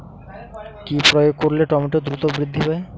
কি প্রয়োগ করলে টমেটো দ্রুত বৃদ্ধি পায়?